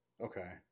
Okay